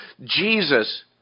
Jesus